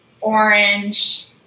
orange